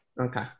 Okay